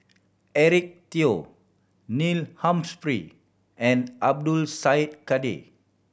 Eric Teo Neil Humphrey and Abdul Syed Kadir